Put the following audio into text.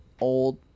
old